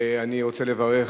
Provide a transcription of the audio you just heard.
אני רוצה לברך,